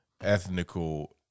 ethnical